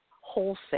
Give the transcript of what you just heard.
Wholesale